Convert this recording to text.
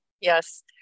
Yes